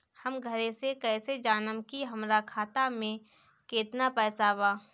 हम घरे से कैसे जानम की हमरा खाता मे केतना पैसा बा?